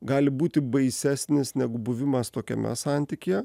gali būti baisesnis negu buvimas tokiame santykyje